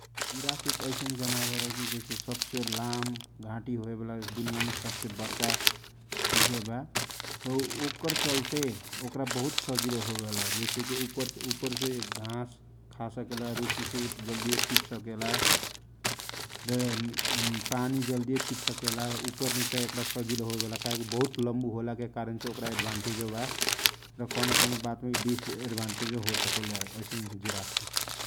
जीराफ एक औसन जानावार ह की जैसे सबसे लाम घाटी होयबाला दुनिया मे सबसे बड़का उहेबा ओकर चलते ओकरा बहुत सजिलो होवेला जैसेकी उपर से घास खा सकेला रुखउख जलदिए टीप सकेला आ पानी जलदीए टीप सकेला उपर निचा एकरा सजीलो बा काहेकी उ बहुत लम्बु होयला के कारणसे ओकारा बहुत एडभानटेज बा आ कौनो कौना चिज में डिसएडभानटेजो हो सकेला ।